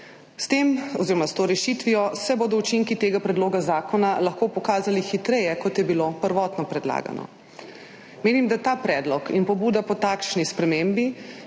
Sodni svet. S to rešitvijo se bodo učinki tega predloga zakona lahko pokazali hitreje, kot je bilo prvotno predlagano. Menim, da ta predlog in pobuda po takšni spremembi